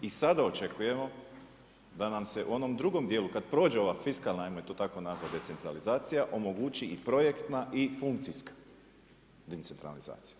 I sada očekujemo da nam se u onom drugom dijelu kada prođe ova fiskalna, ajmo je to tako nazvati decentralizacija omogući i projektna i funkcijska decentralizacija.